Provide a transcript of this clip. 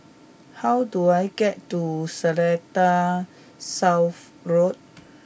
how do I get to Seletar South Road